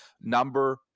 number